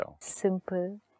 Simple